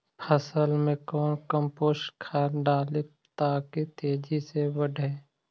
फसल मे कौन कम्पोस्ट खाद डाली ताकि तेजी से बदे?